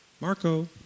Marco